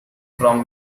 from